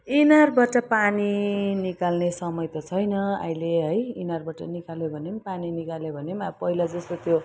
इनारबाट पानी निकाल्ने समय त छैन अहिले है इनारबाट निकाल्यो भने पनि पानी निकाल्यो भने पनि अब पहिला जस्तो त्यो